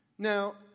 Now